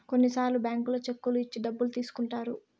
కొన్నిసార్లు బ్యాంకుల్లో చెక్కులు ఇచ్చి డబ్బులు తీసుకుంటారు